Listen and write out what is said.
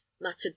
muttered